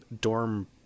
dorm